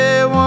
One